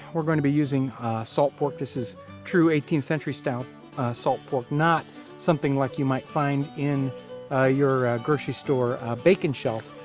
we're going to be using salt pork. this is true eighteenth century style salt pork, not something like you might find in ah your grocery store bacon shelf,